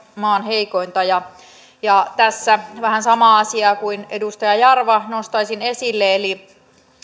maan heikointa ja ja tässä vähän samaa asiaa kuin edustaja jarva nostaisin esille eli